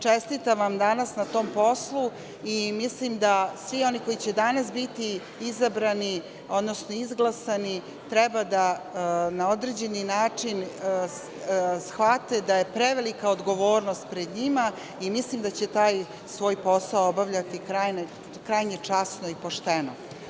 Čestitam vam danas na tom poslu i mislim da svi oni koji će danas biti izabrani, odnosno izglasani treba da na određeni način shvate da je prevelika odgovornost pred njima i mislim da će taj svoj posao obavljati krajnje časno i pošteno.